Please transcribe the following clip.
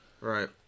Right